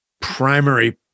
primary